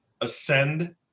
ascend